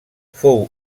fou